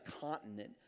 continent